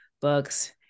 books